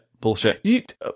bullshit